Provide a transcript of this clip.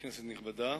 כנסת נכבדה,